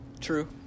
True